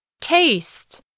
Taste